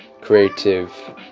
creative